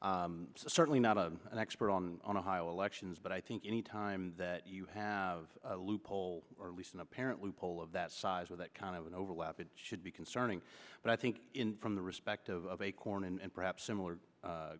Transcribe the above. and certainly not an expert on ohio elections but i think anytime that you have a loophole or at least an apparently poll of that size with that kind of an overlap it should be concerning but i think from the respect of acorn and perhaps similar